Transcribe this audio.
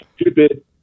stupid